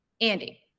Andy